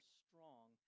strong